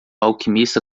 alquimista